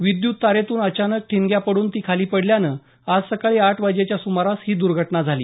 विद्युत तारेतून अचानक ठिणग्या उडून ती खाली पडल्यानं आज सकाळी आठ वाजेच्या सुमारास ही दुर्घटना झाली